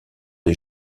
des